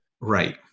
Right